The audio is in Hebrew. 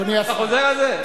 אתה חוזר על זה?